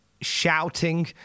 shouting